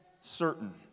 certain